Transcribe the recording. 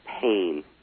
pain